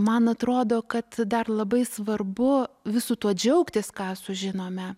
man atrodo kad dar labai svarbu visu tuo džiaugtis ką sužinome